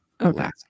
Okay